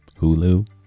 hulu